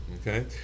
okay